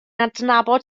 adnabod